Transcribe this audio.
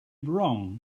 wrong